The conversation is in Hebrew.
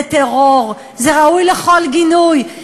זה טרור, זה ראוי לכל גינוי.